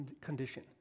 condition